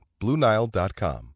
BlueNile.com